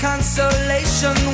consolation